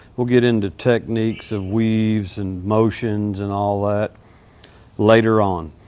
we'll get into techniques of weaves and motions and all that later on.